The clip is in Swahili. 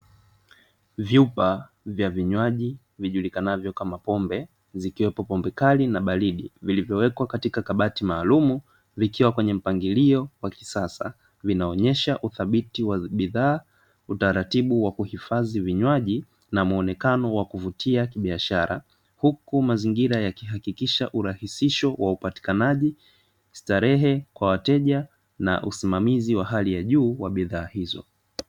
Vyupa vya vinywaji vijulikani kama pombe, zikiwepo pombe kali na baridi vilivyowekwa katika kabati maalum, vikiwa kwenye mpangilio wa kisasa. Vinaonyesha uthabiti wa bidhaa, utaratibu wa kuhifadhi vinywaji na muonekano wa kuvutia kibiashara. Huku mazingira ya kihakikisha urahisisho wa upatikanaji, starehe kwa wateja na usimamizi wa hali ya juu wa bidhaa hizo.